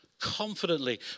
confidently